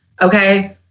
okay